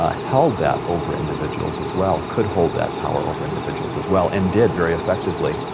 ah held that over individuals as well, could hold that power over individuals as well. and did, very effectively,